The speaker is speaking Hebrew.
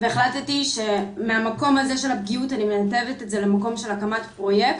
והחלטתי שמהמקום הזה של הפגיעות אני מנתבת את זה למקום של הקמת פרויקט,